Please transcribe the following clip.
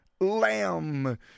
lamb